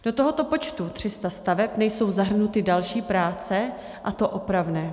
Do tohoto počtu 300 staveb nejsou zahrnuty další práce, a to opravné.